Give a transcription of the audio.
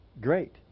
great